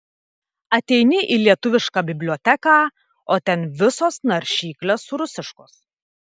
ateini į lietuviška biblioteką o ten visos naršyklės rusiškos